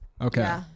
Okay